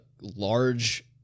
large